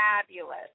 fabulous